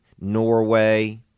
Norway